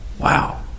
Wow